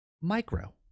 micro